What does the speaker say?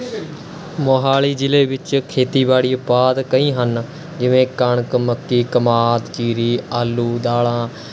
ਮੋਹਾਲੀ ਜ਼ਿਲ੍ਹੇ ਵਿੱਚ ਖੇਤੀਬਾੜੀ ਉਪਾਦ ਕਈ ਹਨ ਜਿਵੇਂ ਕਣਕ ਮੱਕੀ ਕਮਾਦ ਜ਼ੀਰੀ ਆਲੂ ਦਾਲ਼ਾਂ